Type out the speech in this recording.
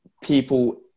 people